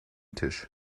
tisch